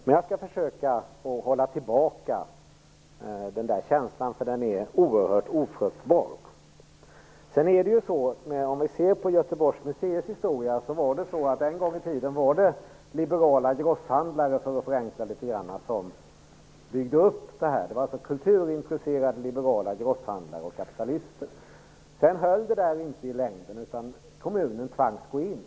Jag skall försöka att hålla tillbaka den känslan, eftersom den är oerhört ofruktbar. Vad gäller Göteborgs museers historia vill jag - för att förenkla litet grand - säga att det en gång i tiden var kulturintresserade liberala grosshandlare och kapitalister som byggde upp museerna. Det höll inte i längden, utan kommunen tvangs gå in.